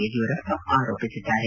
ಯಡಿಯೂರಪ್ಪ ಆರೋಪಿಸಿದ್ದಾರೆ